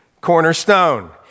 cornerstone